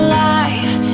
life